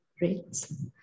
rates